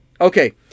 Okay